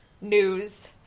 news